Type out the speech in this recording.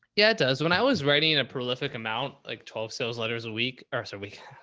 yeah, it does. when i was writing and a prolific amount, like twelve sales letters a week or so a week,